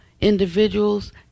individuals